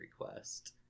request